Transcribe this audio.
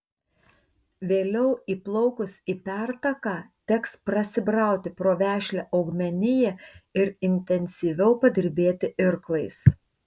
vėliau įplaukus į pertaką teks prasibrauti pro vešlią augmeniją ir intensyviau padirbėti irklais